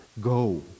go